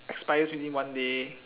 expires within one day